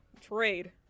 trade